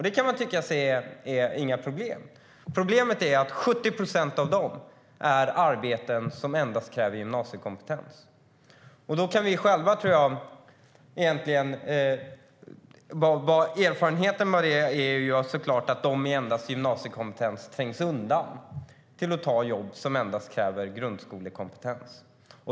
Det kan man tycka inte är något problem. Problemet är att 70 procent av detta är arbeten som endast kräver gymnasiekompetens. Erfarenheten av det är så klart att de med endast gymnasiekompetens trängs undan till att ta jobb som endast kräver grundskolekompetens.